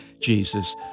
Jesus